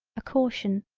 a caution,